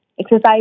exercise